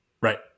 Right